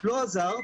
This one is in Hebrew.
לא עזר.